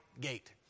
gate